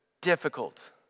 difficult